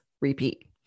repeat